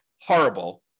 horrible